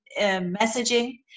messaging